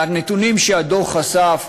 והנתונים שהדוח אסף,